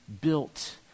built